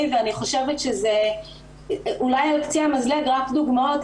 ואני חושבת שזה אולי על קצה המזלג רק דוגמאות,